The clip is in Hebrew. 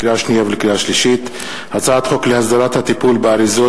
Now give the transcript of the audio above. לקריאה שנייה ולקריאה שלישית: הצעת חוק להסדרת הטיפול באריזות,